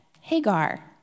Hagar